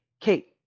Kate